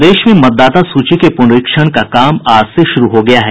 प्रदेश में मतदाता सूची के प्रनरीक्षण का काम आज से शुरू हो गया है